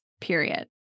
period